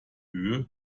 höhe